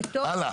הלאה.